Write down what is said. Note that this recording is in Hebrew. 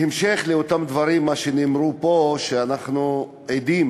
דברים שנאמרו פה, שאנחנו עדים